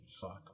Fuck